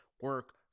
Work